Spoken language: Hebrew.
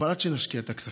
אבל עד שנשקיע את הכספים,